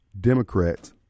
Democrats